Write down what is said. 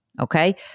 okay